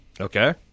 Okay